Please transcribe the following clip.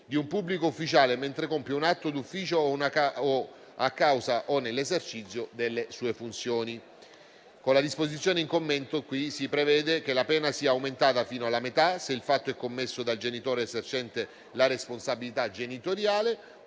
di un pubblico ufficiale mentre compie un atto d'ufficio ed a causa o nell'esercizio delle sue funzioni. Con la disposizione in commento qui si prevede che la pena sia aumentata fino alla metà se il fatto è commesso dal genitore esercente la responsabilità genitoriale